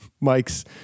Mike's